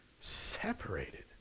separated